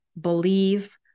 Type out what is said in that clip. believe